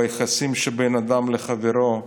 ביחסים שבין אדם לחברו,